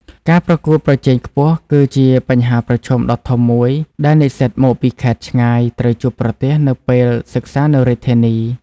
ការប្រកួតប្រជែងខ្ពស់គឺជាបញ្ហាប្រឈមដ៏ធំមួយដែលនិស្សិតមកពីខេត្តឆ្ងាយត្រូវជួបប្រទះនៅពេលសិក្សានៅរាជធានី។